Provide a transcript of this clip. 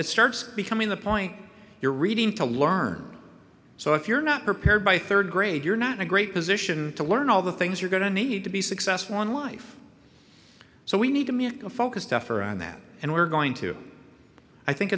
it starts becoming the point you're reading to learn so if you're not prepared by third grade you're not a great position to learn all the things you're going to need to be successful in life so we need to make a focused effort on that and we're going to i think